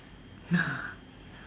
ya